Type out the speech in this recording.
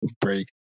break